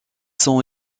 sont